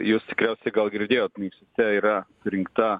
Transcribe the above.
jūs tikriausiai gal girdėjot mieste yra surinkta